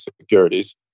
Securities